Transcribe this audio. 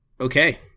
okay